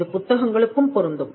இது புத்தகங்களுக்கும் பொருந்தும்